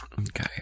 Okay